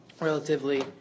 relatively